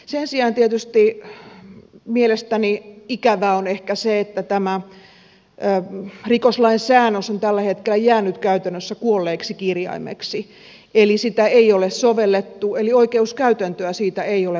sen sijaan tietysti mielestäni ikävää on ehkä se että tämä rikoslain säännös on tällä hetkellä jäänyt käytännössä kuolleeksi kirjaimeksi eli sitä ei ole sovellettu eli oikeuskäytäntöä siitä ei ole muodostunut